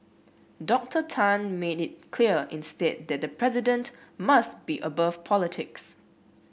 Doctor Tan made it clear instead that the president must be above politics